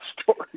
story